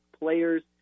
players